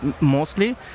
mostly